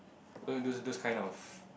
do those those kind of